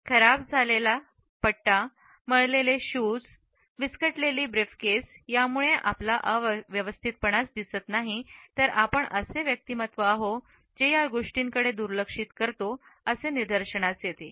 खराब झालेला मळलेले शूज आणि विस्कटलेली ब्रिफकेस यामुळे आपला अव्यवस्थितपणाच दिसत नाहीत तर आपण असे व्यक्तिमत्व आहो ज्या गोष्टी दुर्लक्षित करतो असे निदर्शनास येते